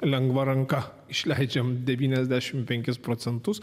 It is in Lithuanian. lengva ranka išleidžiame devyniasdešimt penkis procentus